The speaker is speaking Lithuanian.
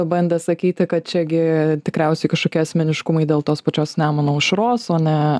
bandė sakyti kad čiagi tikriausiai kažkokie asmeniškumai dėl tos pačios nemuno aušros o ne